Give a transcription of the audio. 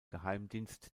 geheimdienst